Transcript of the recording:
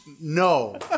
No